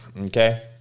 Okay